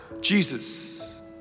Jesus